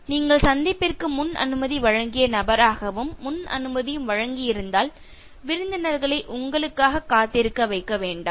நீங்கள் சந்திப்பிற்கு முன்அனுமதி வழங்கிய நபராகவும் முன் அனுமதியும் வழங்கி இருந்தால் விருந்தினர்களை உங்களுக்காக காத்திருக்க வைக்க வேண்டாம்